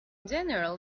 general